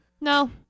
No